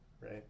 right